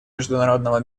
международного